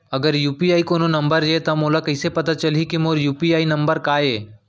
अगर यू.पी.आई कोनो नंबर ये त मोला कइसे पता चलही कि मोर यू.पी.आई नंबर का ये?